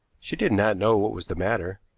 she did not know what was the matter.